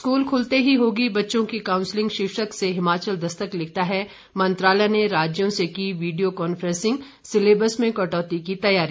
school खुलते ही होगी बच्चों की काउंसलिंग शीर्षक से हिमाचल दस्तक लिखता है मंत्रालय ने राज्यों से की वीडियो कॉन्फ्रेंसिंग सिलेबस में कटौती की तैयारी